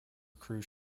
cruise